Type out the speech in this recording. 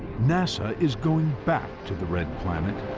nasa is going back to the red planet.